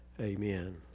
Amen